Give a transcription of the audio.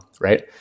right